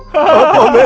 o